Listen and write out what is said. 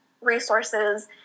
resources